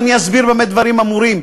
ואני אסביר במה דברים אמורים.